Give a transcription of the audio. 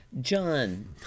John